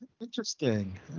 Interesting